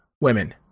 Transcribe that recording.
women